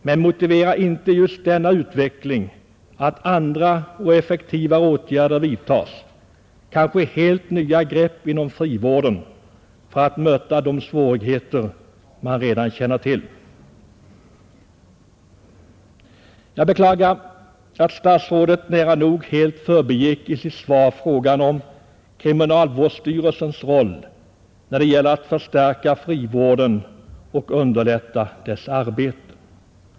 Men motiverar inte just denna utveckling andra och effektivare åtgärder och kanske helt nya grepp inom frivården för att möta de svårigheter man redan känner till? Jag beklagar att statsrådet i sitt svar nära nog helt förbigick frågan om kriminalvårdsstyrelsens roll när det gäller att förstärka frivården och underlätta dess arbete.